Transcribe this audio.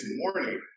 morning